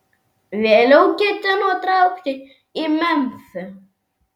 vėliau ketino traukti į memfį